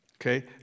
Okay